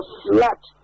flat